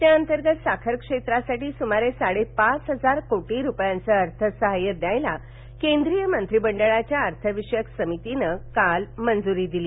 त्या अंतर्गत साखर क्षेत्रासाठी सुमारे साडे पाच हजार कोटी रुपयांचं अर्थसहाय्य द्यायला केंद्रीय मंत्रिमंडळाच्या अर्थ विषयक समितीनं काल मंजुरी दिली